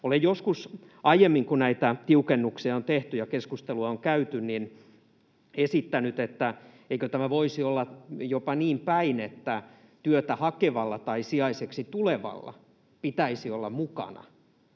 Olen joskus aiemmin, kun näitä tiukennuksia on tehty ja keskustelua on käyty, esittänyt, että eikö tämä voisi olla jopa niin päin, että työtä hakevalla tai sijaiseksi tulevalla pitäisi olla mukana